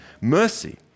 mercy